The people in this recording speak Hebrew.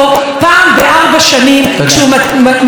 כשהוא מכניס את הפתק שלו לקלפי.